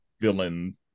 villain